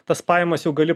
tas pajamas jau gali